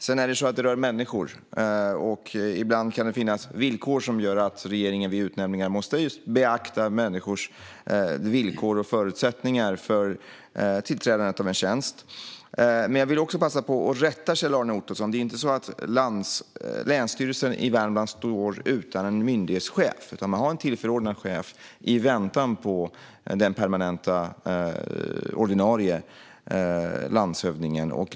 Sedan är det så att det här rör människor, och ibland kan det finnas villkor som gör att regeringen vid utnämningar måste beakta just människors villkor och förutsättningar vid tillträdandet av en tjänst. Jag vill också passa på att rätta Kjell-Arne Ottosson. Det är inte så att Länsstyrelsen i Värmland står utan myndighetschef, utan man har en tillförordnad chef i väntan på den permanenta och ordinarie landshövdingen.